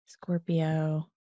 Scorpio